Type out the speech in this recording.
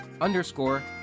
underscore